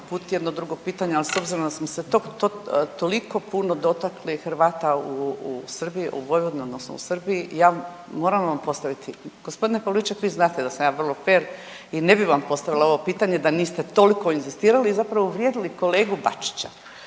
uputiti jedno drugo pitanje ali s obzirom da smo se toliko puno dotakli Hrvata u Vojvodini odnosno u Srbiji ja moram vam postaviti. Gospodine Pavliček vi znate da sam ja vrlo fer i ne bi vam postavila ovo pitanje da niste toliko inzistirali i zapravo uvrijedili kolegu Bačića.